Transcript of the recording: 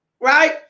right